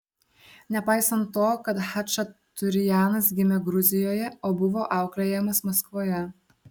nepaisant to kad chačaturianas gimė gruzijoje o buvo auklėjamas maskvoje